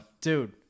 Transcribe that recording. dude